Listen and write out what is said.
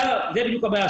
זו בדיוק הבעיה.